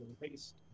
paste